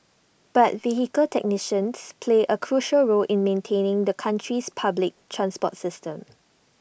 but vehicle technicians play A crucial role in maintaining the country's public transport system